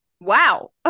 Wow